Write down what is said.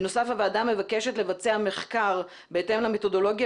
בנוסף הוועדה מבקשת לבצע מחקר בהתאם למתודולוגיה